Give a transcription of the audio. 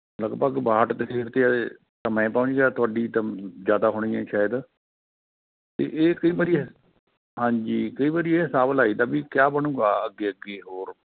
ਲਗਭਗ ਬਾਹਠ ਦੇ ਗੇੜ 'ਤੇ ਤਾਂ ਮੈਂ ਪਹੁੰਚ ਗਿਆ ਤੁਹਾਡੀ ਤਾਂ ਜ਼ਿਆਦਾ ਹੋਣੀ ਹੈ ਸ਼ਾਇਦ ਅਤੇ ਇਹ ਕਈ ਵਾਰੀ ਹਾਂਜੀ ਕਈ ਵਾਰੀ ਇਹ ਹਿਸਾਬ ਲਾਈਦਾ ਵੀ ਕਿਆ ਬਣੂਗਾ ਅੱਗੇ ਅੱਗੇ ਹੋਰ